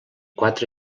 quatre